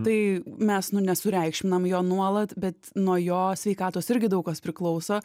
tai mes nu nesureikšminam jo nuolat bet nuo jo sveikatos irgi daug kas priklauso